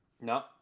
No